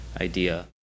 idea